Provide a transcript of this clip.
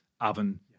oven